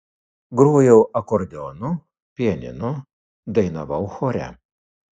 grojau akordeonu pianinu dainavau chore